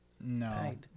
No